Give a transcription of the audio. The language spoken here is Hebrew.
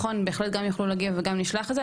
בהחלט, הם יוכלו להגיב וגם נשלח את זה.